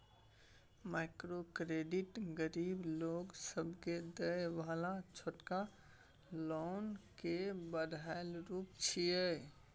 micro credit गरीब लोक सबके देय बला छोटका लोन के बढ़ायल रूप छिये